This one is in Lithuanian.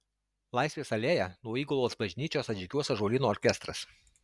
laisvės alėja nuo įgulos bažnyčios atžygiuos ąžuolyno orkestras